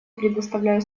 предоставляю